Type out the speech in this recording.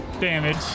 damage